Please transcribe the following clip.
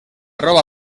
roba